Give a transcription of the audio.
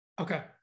Okay